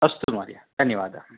अस्तु महोदय धन्यवादः